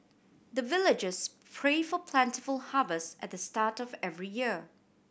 the villagers pray for plentiful harvest at the start of every year